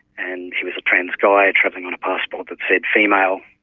and he was a trans-guy travelling on a passport that said female,